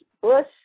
Bush